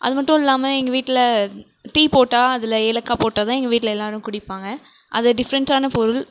அது மட்டும் இல்லாமல் எங்கள் வீட்டில் டீ போட்டால் அதில் ஏலக்காய் போட்டால் தான் எங்கள் வீட்டில் எல்லாேரும் குடிப்பாங்க அது டிஃப்ரெண்டான பொருள்